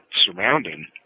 surrounding